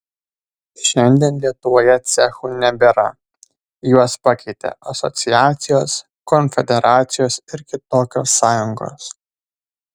šiandien lietuvoje cechų nebėra juos pakeitė asociacijos konfederacijos ir kitokios sąjungos